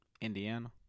Indiana